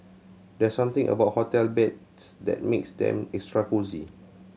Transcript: there's something about hotel beds that makes them extra cosy